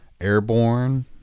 airborne